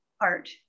art